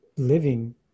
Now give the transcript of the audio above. living